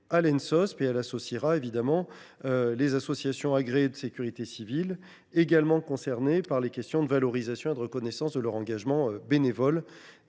évidemment, nous y associerons les associations agréées de sécurité civile, également concernées par les questions de valorisation et de reconnaissance de leur engagement bénévole,